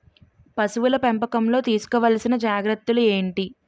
పశువుల పెంపకంలో తీసుకోవల్సిన జాగ్రత్తలు ఏంటి?